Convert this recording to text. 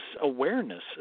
awareness